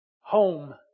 Home